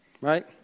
Right